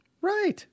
Right